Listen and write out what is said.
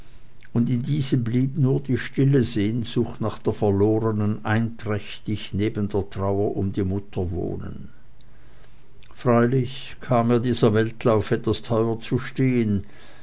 und in diesem blieb nur die stille sehnsucht nach der verlorenen einträchtig neben der trauer um die mutter wohnen freilich kam mir dieser weltlauf etwas teuer zu stehen